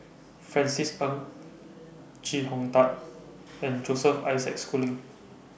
Francis Ng Chee Hong Tat and Joseph Isaac Schooling